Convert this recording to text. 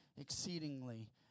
exceedingly